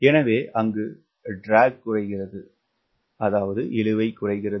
எனவே இழுவைக் குறைகிறது